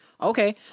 Okay